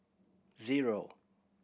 zero